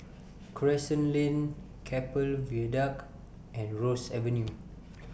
Crescent Lane Keppel Viaduct and Ross Avenue